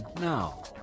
now